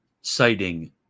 citing